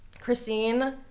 christine